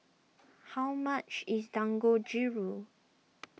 how much is Dangojiru